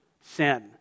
sin